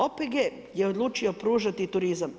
OPG je odlučio pružati turizam.